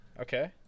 Okay